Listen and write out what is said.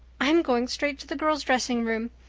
i'm going straight to the girls' dressing room.